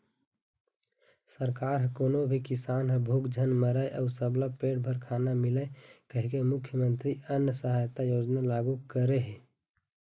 सरकार ह कोनो भी किसान ह भूख झन मरय अउ सबला पेट भर खाना मिलय कहिके मुख्यमंतरी अन्न सहायता योजना लागू करे हे